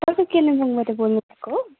तपाईँ कालिम्पोङबाट बोल्नु भएको हो